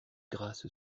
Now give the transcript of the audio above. grasse